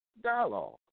dialogue